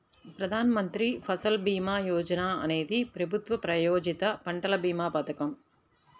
ప్రధాన్ మంత్రి ఫసల్ భీమా యోజన అనేది ప్రభుత్వ ప్రాయోజిత పంటల భీమా పథకం